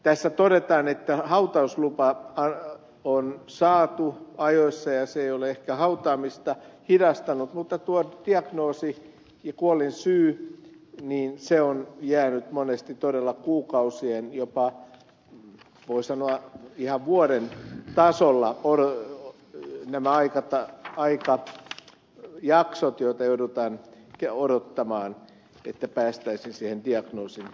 tässä todetaan että hautausluvat on saatu ajoissa ja niiden saanti ei ole ehkä hautaamista hidastanut mutta tuo diagnoosi ja kuolinsyy on jäänyt monesti todella kuukausien päähän voi sanoa että jopa ihan vuoden tasolla ovat nämä aikajaksot kuinka kauan joudutaan odottamaan että päästäisiin siihen diagnoosiin